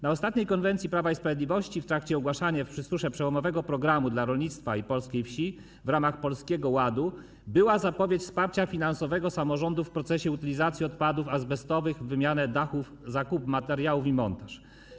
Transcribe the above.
Na ostatniej konwencji Prawa i Sprawiedliwości w trakcie ogłaszania w Przysusze przełomowego programu dla rolnictwa i polskiej wsi w ramach Polskiego Ładu była zapowiedź wsparcia finansowego samorządów w procesie utylizacji odpadów azbestowych, w zakresie wymiany dachów, zakupu materiałów i montażu.